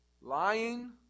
lying